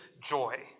joy